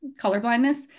colorblindness